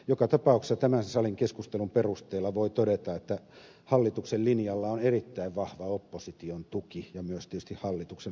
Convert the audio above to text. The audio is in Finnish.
joka tapauksessa tämän salin keskustelun perusteella voi todeta että hallituksen linjalla on erittäin vahva opposition tuki ja myös tietysti hallituksen oma tuki